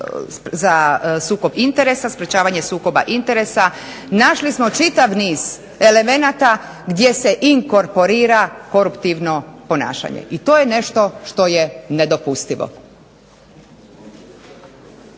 za sukob interesa, sprječavanje sukoba interesa našli smo čitav niz elemenata gdje se inkorporira koruptivno ponašanje. I to je nešto što je nedopustivo.